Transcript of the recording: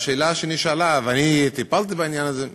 ואני טיפלתי בעניין הזה,